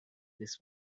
this